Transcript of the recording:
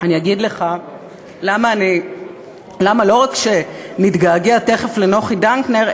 אני אגיד לך למה לא רק שנתגעגע לנוחי דנקנר,